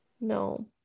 no